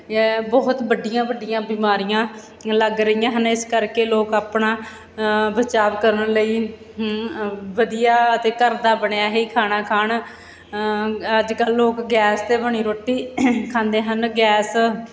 ਬਹੁਤ ਵੱਡੀਆਂ ਵੱਡੀਆਂ ਬਿਮਾਰੀਆਂ ਲੱਗ ਰਹੀਆਂ ਹਨ ਇਸ ਕਰਕੇ ਲੋਕ ਆਪਣਾ ਬਚਾਵ ਕਰਨ ਲਈ ਵਧੀਆ ਅਤੇ ਘਰ ਦਾ ਬਣਿਆ ਹੀ ਖਾਣਾ ਖਾਣ ਅੱਜ ਕੱਲ੍ਹ ਲੋਕ ਗੈਸ 'ਤੇ ਬਣੀ ਰੋਟੀ ਖਾਂਦੇ ਹਨ ਗੈਸ